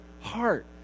heart